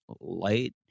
light